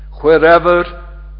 wherever